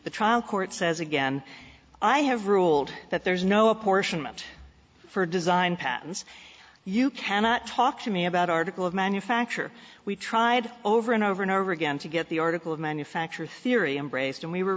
the trial court says again i have ruled that there is no apportionment for design patents you cannot talk to me about article of manufacture we tried over and over and over again to get the article of manufacture theory embraced and we were